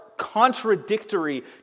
contradictory